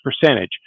percentage